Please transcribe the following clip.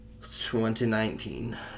2019